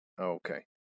Okay